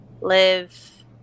live